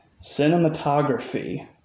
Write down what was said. cinematography